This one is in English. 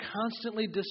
constantly